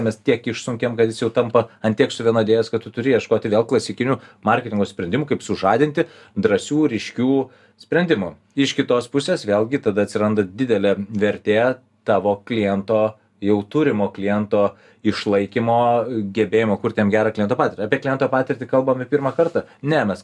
mes tiek išsunkiam kad jis jau tampa ant tiek suvienodėjęs kad tu turi ieškoti vėl klasikinių marketingo sprendimų kaip sužadinti drąsių ryškių sprendimų iš kitos pusės vėlgi tada atsiranda didelė vertė tavo kliento jau turimo kliento išlaikymo gebėjimo kurti jam gerą kliento patirtį apie kliento patirtį kalbame pirmą kartą ne mes